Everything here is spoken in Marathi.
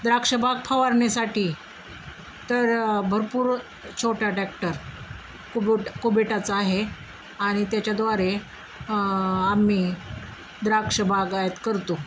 द्राक्षबाग फवारण्यासाठी तर भरपूर छोट्या टॅक्टर कुबुट कुबेटाचा आहे आणि त्याच्याद्वारे आम्ही द्राक्षबागायत करतो